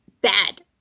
bad